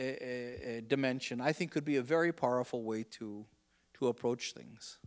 d dimension i think could be a very powerful way to to approach things